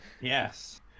Yes